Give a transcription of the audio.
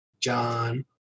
John